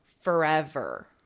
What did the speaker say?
forever